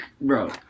bro